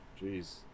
Jeez